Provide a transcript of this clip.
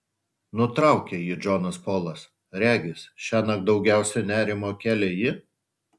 nutraukė jį džonas polas regis šiąnakt daugiausiai nerimo kėlė ji